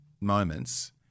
moments